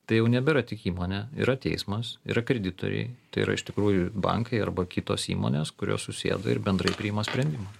tai jau nebėra tik įmonė yra teismas yra kreditoriai tai yra iš tikrųjų bankai arba kitos įmonės kurios susėda ir bendrai priima sprendimą